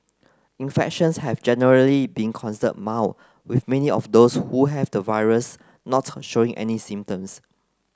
infections have generally been considered mild with many of those who have the virus not showing any symptoms